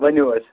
ؤنِو حظ